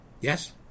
Yes